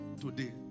today